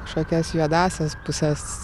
kažkokias juodąsias puses